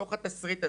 בתוך התסריט הזה,